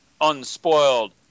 unspoiled